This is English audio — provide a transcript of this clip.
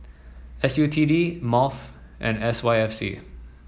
S U T D MOF and S Y F C